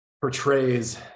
portrays